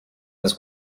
this